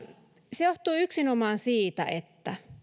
se johtuu yksinomaan siitä että